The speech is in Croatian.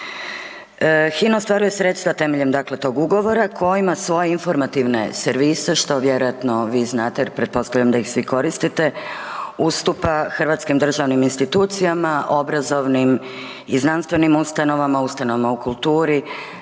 HINA ostvaruje sredstva temeljem dakle tog ugovora koji ima svoje informativne servise što vjerovatno vi znate jer pretpostavljam da ih svi koristite, ustupa hrvatskim državnim institucijama, obrazovnim i znanstvenim ustanovama, ustanovama u kulturi,